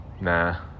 nah